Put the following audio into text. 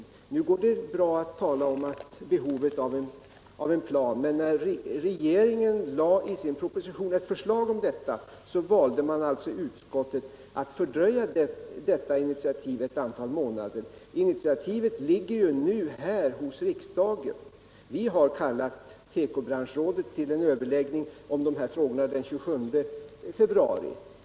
I dag går det bra att tala om behovet av en plan, men när regeringen i sin proposition lade fram ett förslag härom, valde man i utskottet att fördröja detta initiativ ett antal månader. Initiativet ligger ju nu hos riksdagen. Vi har kallat tekobranschrådet till en överläggning om dessa frågor den 27 februari.